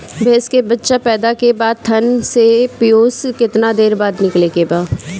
भैंस के बच्चा पैदा के बाद थन से पियूष कितना देर बाद निकले के बा?